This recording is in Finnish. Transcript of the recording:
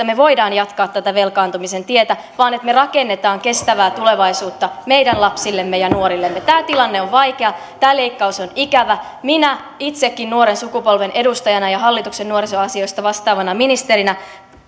me voimme jatkaa tätä velkaantumisen tietä vaan me rakennamme kestävää tulevaisuutta meidän lapsillemme ja nuorillemme tämä tilanne on vaikea tämä leikkaus on ikävä minä itsekin nuoren sukupolven edustajana ja hallituksen nuorisoasioista vastaavana ministerinä